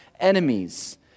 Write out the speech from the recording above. enemies